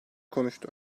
konuştu